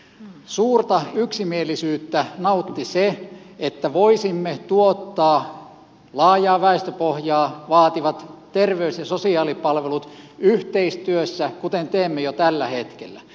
suurta yksimielisyyttä nautti se että voisimme tuottaa laajaa väestöpohjaa vaativat terveys ja sosiaalipalvelut yhteistyössä kuten teemme jo tällä hetkellä